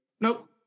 Nope